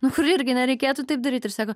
nu kur irgi nereikėtų taip daryt ir sako